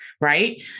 right